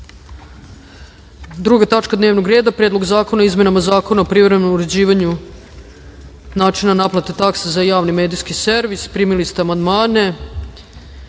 tačka dnevnog reda – Predlog zakona o izmenama Zakona o privremenom uređivanju načina naplate takse za javni medijski servis. Primili ste amandmane